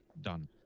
done